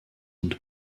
und